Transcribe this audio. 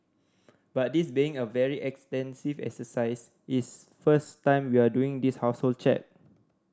but this being a very extensive exercise it's first time we are doing this household check